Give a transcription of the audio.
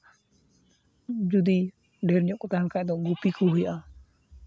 ᱡᱩᱫᱤ ᱰᱷᱮᱨ ᱧᱚᱜ ᱠᱚ ᱛᱟᱦᱮᱱ ᱠᱷᱟᱡ ᱫᱚ ᱜᱩᱯᱤ ᱠᱚ ᱦᱩᱭᱩᱜᱼᱟ